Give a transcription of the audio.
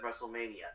WrestleMania